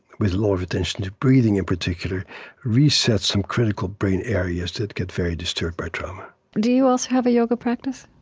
with a lot of attention to breathing in particular resets some critical brain areas that get very disturbed by trauma do you also have a yoga practice?